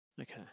Okay